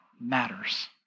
matters